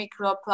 microplastics